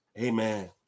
Amen